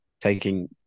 taking